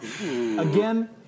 again